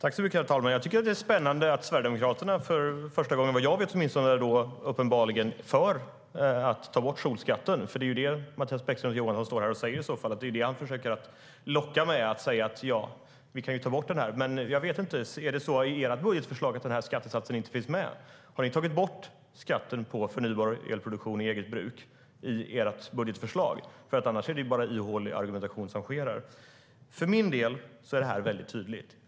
Herr talman! Det är spännande att Sverigedemokraterna för första gången, vad jag vet, uppenbarligen är för att ta bort solskatten. Det är det Mattias Bäckström Johansson står här och säger när han försöker locka mig att säga att vi ska ta bort den. Finns den skattesatsen inte med i ert budgetförslag, Mattias Bäckström Johansson? Jag vet inte. Har ni tagit bort skatten på förnybar elproduktion för eget bruk i ert budgetförslag? Annars är det bara ihålig argumentation här. För mig är det väldigt tydligt.